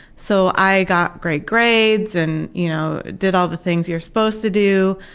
so i got great grades and you know did all the things you were supposed to do,